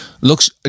looks